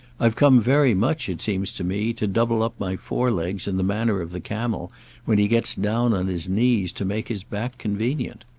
i've come very much, it seems to me, to double up my fore legs in the manner of the camel when he gets down on his knees to make his back convenient.